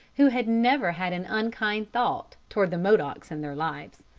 who had never had an unkind thought toward the modocs in their lives.